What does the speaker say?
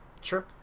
Sure